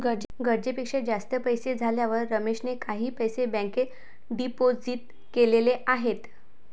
गरजेपेक्षा जास्त पैसे झाल्यावर रमेशने काही पैसे बँकेत डिपोजित केलेले आहेत